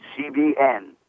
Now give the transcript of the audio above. CBN